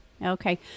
Okay